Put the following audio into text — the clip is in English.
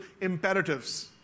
Imperatives